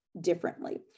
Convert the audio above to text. differently